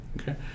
okay